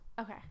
Okay